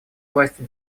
властью